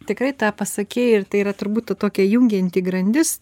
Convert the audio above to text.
tikrai tą pasakei ir tai yra turbūt ta tokia jungianti grandis